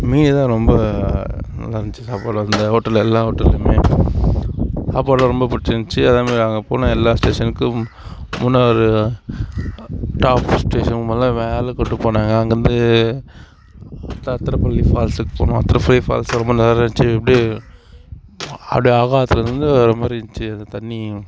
மீன்தான் ரொம்ப நல்லா இருந்துச்சு சாப்பாடு அந்த ஹோட்டல் எல்லா ஹோட்டல்லையுமே சாப்பாடெல்லாம் ரொம்ப பிடிச்சிருந்ச்சி அதே மாதிரி நாங்கள் போன எல்லா ஸ்டேஷனுக்கும் மூணாறு டாப் ஸ்டேஷனுக்கு முதல் மேலே கூட்டு போனாங்கள் அங்கேருந்து அதிரபள்ளி ஃபால்ஸுக்கு போனோம் அதிரபள்ளி ஃபால்ஸ் ரொம்ப நேரம் ஆயிடுச்சு அப்படியே அப்படியே ஆகாசத்தில் இருந்து வர்ற மாதிரி இருந்துச்சு தண்ணி